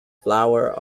flour